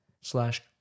slash